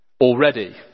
already